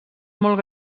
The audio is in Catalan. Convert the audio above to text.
molt